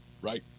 Right